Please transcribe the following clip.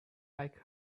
like